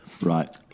right